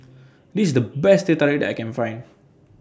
This IS The Best Teh Tarik that I Can Find